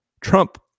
Trump